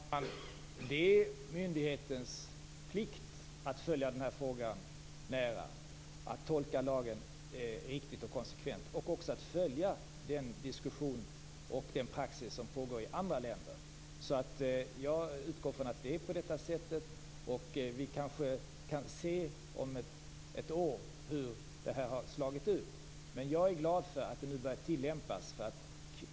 Herr talman! Det är myndighetens plikt att följa denna fråga nära och att tolka lagen riktigt och konsekvent, och också att följa den diskussion och den praxis som finns i andra länder. Jag utgår från att det är på detta sätt. Vi kanske kan se hur det har slagit ut om ett år. Jag är glad för att paragrafen nu börjar tillämpas.